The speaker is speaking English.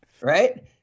Right